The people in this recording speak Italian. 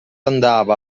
andava